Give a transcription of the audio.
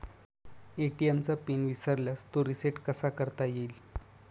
ATM चा pin विसरल्यास तो रिसेट कसा करता येईल?